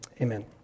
amen